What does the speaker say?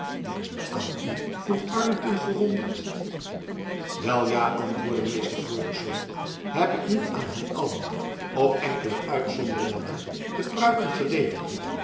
aan u vroeg arlington verwonderd wel ja antwoordde meester florisz heb ik niet aan hen allen op enkele uitzonderingen na de pruiken geleverd